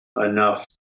enough